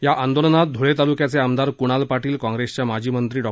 या आंदोलनात ध्ळे ताल्क्याचे आमदार क्णाल पाटील काँग्रेसच्या माजी मंत्री डॉ